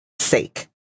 sake